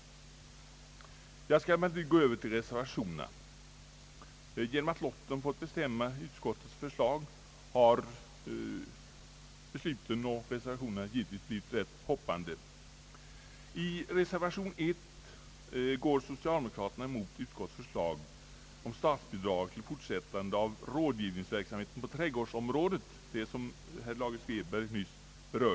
Jag skail emellertid gå över till reservationerna. Genom att lotten fått bestämma utskottets förslag har dessa och reservationerna naturligtvis hoppat högst väsentligt. I reservation nr 1 går socialdemokraterna emot utskottets förslag om statsbidrag till fortsättande av rådgivningsverksamheten på trädgårdsområdet.